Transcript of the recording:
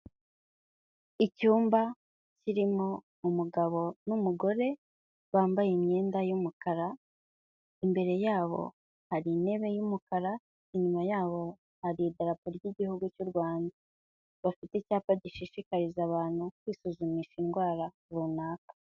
Icyumba kirimo umugabo n'umugore bambaye imyenda y'umukara, imbere yabo hari intebe y'umukara, inyuma yabo hari idarapa ry'Igihugu cy'u Rwanda, bafite icyapa gishishikariza abantu kwisuzumisha indwara runaka.